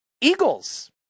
Eagles